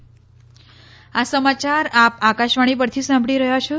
corona appeal આ સમાચાર આપ આકાશવાણી પરથી સાંભળી રહ્યા છો